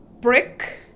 brick